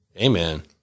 Amen